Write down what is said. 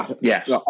Yes